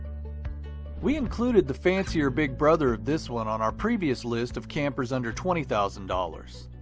we included the fancier big brother of this one on our previous list of campers under twenty thousand dollars.